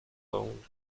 loan